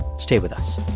stay with us